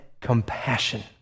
compassion